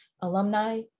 Alumni